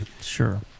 Sure